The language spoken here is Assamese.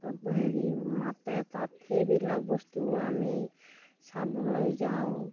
হেৰি মাতে তাত সেইবিলাক বস্তু আমি চাবলৈ যাওঁ